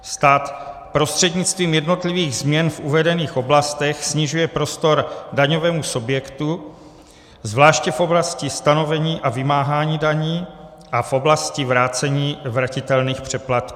Stát prostřednictvím jednotlivých změn v uvedených oblastech snižuje prostor daňovému subjektu, zvláště v oblasti stanovení a vymáhání daní a v oblasti vrácení vratitelných přeplatků.